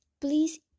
please